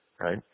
right